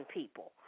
people